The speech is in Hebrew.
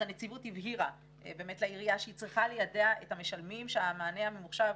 הנציבות הבהירה לעירייה שהיא צריכה ליידע את המשלמים שהמענה הממוחשב